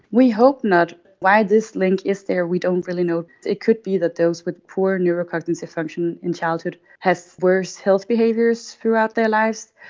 we hope not. why this link is there we don't really know. it could be that those with poor neurocognitive function in childhood have worse health behaviours throughout their life.